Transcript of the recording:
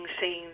scene